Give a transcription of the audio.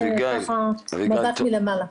זה מבט מלמעלה.